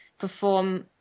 perform